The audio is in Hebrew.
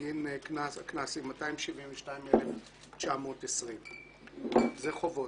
בגין הקנס היא 272,920. זה חובות.